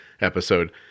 episode